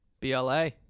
BLA